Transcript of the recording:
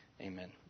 Amen